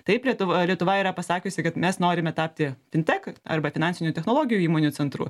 taip lietuv lietuva yra pasakiusi kad mes norime tapti fintek arba finansinių technologijų įmonių centrų